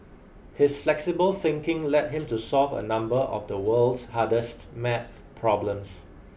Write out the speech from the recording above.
his flexible thinking led him to solve a number of the world's hardest math problems